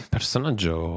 personaggio